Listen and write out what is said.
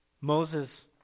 Moses